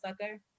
sucker